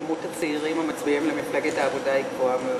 כמות הצעירים המצביעים למפלגת העבודה היא גבוהה מאוד,